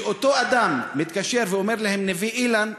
כשאותו אדם מתקשר ואומר להם: נווה-אילן,